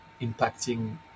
impacting